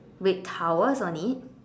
red towels on it